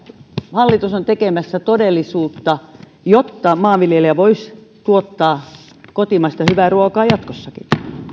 hallitus on tekemässä todellisuudessa jotta maanviljelijä voisi tuottaa kotimaista hyvää ruokaa jatkossakin